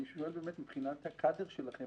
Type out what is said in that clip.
אני שואל מבחינת הקאדר שלכם,